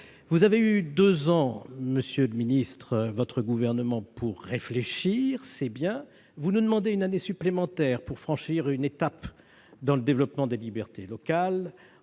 a eu deux ans, monsieur le ministre, pour réfléchir. Vous nous demandez une année supplémentaire pour franchir une étape dans le développement des libertés locales,